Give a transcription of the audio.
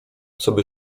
coby